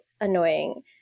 annoying